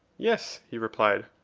yes, he replied.